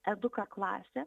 eduka klasė